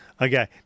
Okay